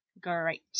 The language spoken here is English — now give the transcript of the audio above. great